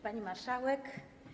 Pani Marszałek!